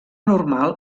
normal